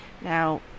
Now